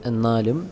എന്നാലും